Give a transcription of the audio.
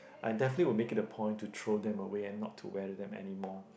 I definitely will make it a point to throw them away and not to wear them anymore